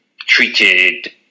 treated